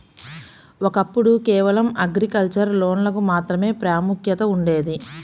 ఒకప్పుడు కేవలం అగ్రికల్చర్ లోన్లకు మాత్రమే ప్రాముఖ్యత ఉండేది